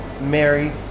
mary